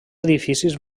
edificis